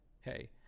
Hey